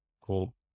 Cool